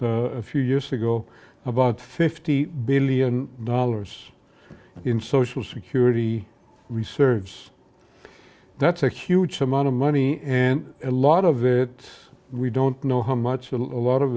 d a few years ago about fifty billion dollars in social security research so that's a huge amount of money and a lot of it we don't know how much a lot of